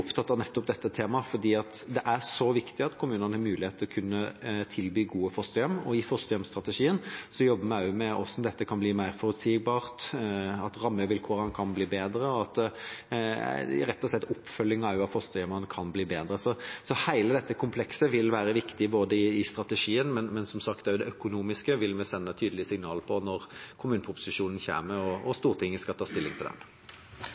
så viktig at kommunene har mulighet til å kunne tilby gode fosterhjem. I fosterhjemsstrategien jobber vi også med hvordan dette kan bli mer forutsigbart, at rammevilkårene kan bli bedre, og rett og slett at oppfølgingen av fosterhjemmene kan bli bedre. Hele dette komplekset vil være viktig i strategien – og også det økonomiske vil vi sende tydelige signaler om når kommuneproposisjonen kommer og Stortinget skal ta stilling til